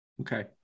Okay